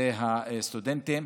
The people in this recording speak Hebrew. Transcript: אלה הסטודנטים.